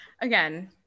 again